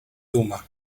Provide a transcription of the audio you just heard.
duma